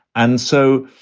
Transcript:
and so